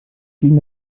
gegen